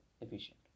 efficient